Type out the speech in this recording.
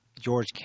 George